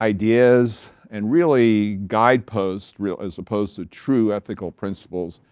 ideas and really guideposts, as opposed to true ethical principles,